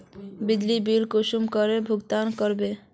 बिजली बिल कुंसम करे भुगतान कर बो?